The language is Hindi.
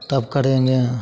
तब करेंगे